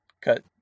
cut